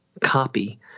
copy